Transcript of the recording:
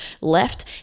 left